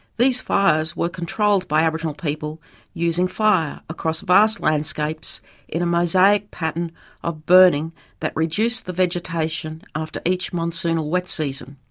these fires were controlled by aboriginal people using fire across vast landscapes in a mosaic pattern of burning that reduced the vegetation after each monsoonal wet season.